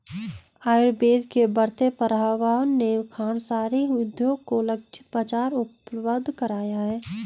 आयुर्वेद के बढ़ते प्रभाव ने खांडसारी उद्योग को लक्षित बाजार उपलब्ध कराया है